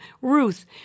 Ruth